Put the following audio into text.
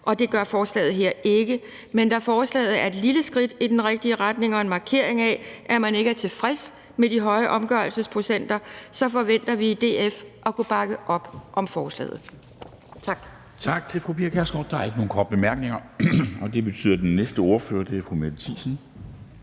og det gør forslaget her ikke. Men da forslaget er et lille skridt i den rigtige retning og en markering af, at man ikke er tilfreds med de høje omgørelsesprocenter, så forventer vi i DF at kunne bakke op om forslaget. Tak. Kl. 14:25 Formanden (Henrik Dam Kristensen): Tak til fru Pia Kjærsgaard. Der er ikke nogen korte bemærkninger, og det betyder, at den næste ordfører er fru Mette Thiesen,